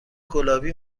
گلابی